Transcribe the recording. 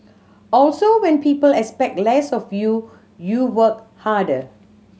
also when people expect less of you you work harder